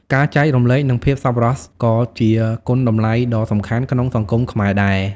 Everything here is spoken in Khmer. ការចែករំលែក និងភាពសប្បុរសក៏ជាគុណតម្លៃដ៏សំខាន់ក្នុងសង្គមខ្មែរដែរ។